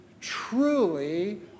truly